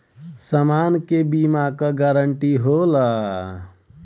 समान के बीमा क गारंटी होला